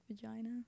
vagina